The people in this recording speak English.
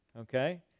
Okay